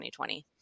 2020